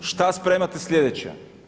Šta spremate sljedeće?